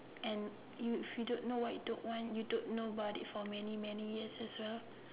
and you if you don't know what you don't want you don't know about it for many many years as well